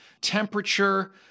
temperature